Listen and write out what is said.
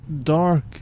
dark